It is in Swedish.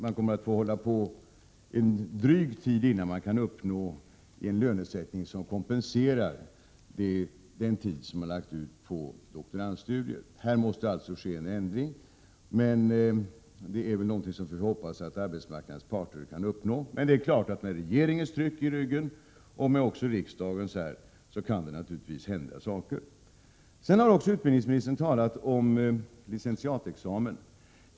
Man kommer att få verka under lång tid innan man kan uppnå en lönesättning som kompenserar den tid som man har lagt ut på doktorandstudier. Här måste alltså ske en ändring, men det är, får vi hoppas, någonting som arbetsmarknadens parter kan uppnå. Det är klart att det med regeringens liksom riksdagens tryck i ryggen naturligtvis kan hända saker. Sedan har också utbildningsministern talat om licentiatexamen.